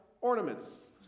ornaments